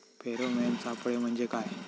Pheromone सापळे म्हंजे काय?